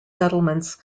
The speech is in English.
settlements